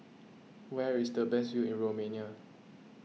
where is the best view in Romania